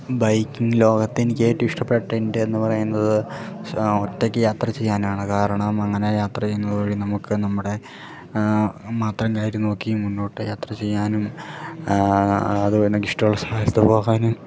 biking ലോകത്തെ എനിക്ക് ഏറ്റവും ഇഷ്ടപ്പെട്ട എന്റെന്ന് പറയുന്നത് ഒറ്റയ്ക്ക് യാത്ര ചെയ്യാനാണ് കാരണം അങ്ങനെ യാത്ര ചെയ്യുന്നത് വഴി നമുക്ക് നമ്മുടെ മാത്രം കാര്യം നോക്കി മുന്നോട്ട് യാത്ര ചെയ്യാനും അതും എനിക്കിഷ്ടം ഉള്ള സലത്ത് പോകാനും